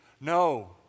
No